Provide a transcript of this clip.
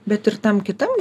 bet ir tam kitam